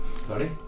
Sorry